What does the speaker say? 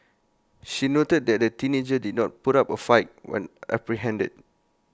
she noted that the teenager did not put up A fight when apprehended